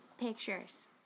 pictures